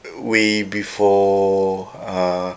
way before ah